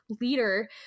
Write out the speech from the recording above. leader